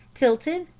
tilted,